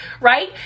right